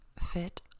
fit